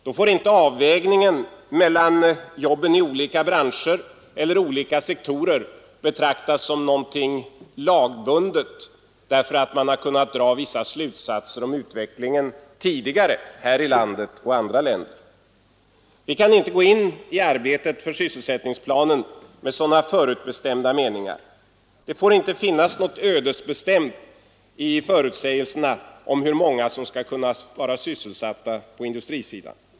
Då får inte avvägningen mellan jobben i olika branscher eller olika sektorer betraktas som något lagbundet därför att man kunnat dra vissa slutsatser om utvecklingen tidigare här i landet och andra länder. Vi kan inte gå in i arbetet för sysselsättningsplanen med sådana förutbestämda meningar. Det får inte finnas något ödesbestämt i förutsägelserna om hur många som skall kunna vara sysselsatta på industrisidan.